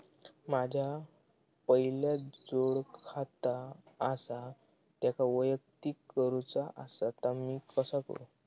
माझा पहिला जोडखाता आसा त्याका वैयक्तिक करूचा असा ता मी कसा करू?